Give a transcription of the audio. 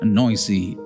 noisy